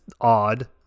odd –